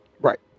Right